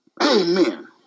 Amen